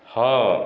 ହଁ